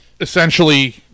essentially